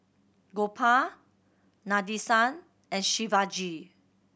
Gopal Nadesan and Shivaji